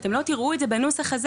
אתם לא תראו את זה בנוסח הזה,